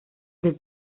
the